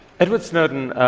edward snowden,